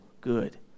good